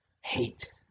hate